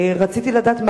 רציתי לדעת,